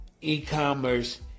e-commerce